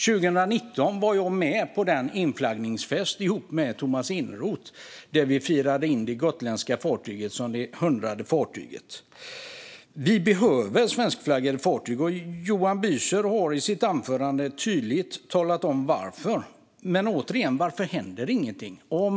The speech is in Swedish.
År 2019 var jag tillsammans med Tomas Eneroth med på den inflaggningsfest där vi firade in det gotländska fartyget som det 100:e fartyget. Vi behöver svenskflaggade fartyg. Johan Büser har i sitt anförande tydligt talat om varför. Men jag undrar återigen varför det inte händer någonting.